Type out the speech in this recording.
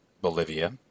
Bolivia